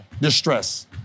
distress